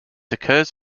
occurs